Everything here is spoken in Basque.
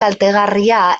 kaltegarria